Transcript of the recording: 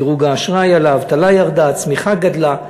דירוג האשראי עלה, האבטלה ירדה, הצמיחה גדלה.